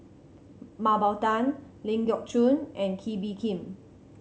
Mah Bow Tan Ling Geok Choon and Kee Bee Khim